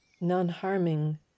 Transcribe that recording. Non-harming